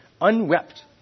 unwept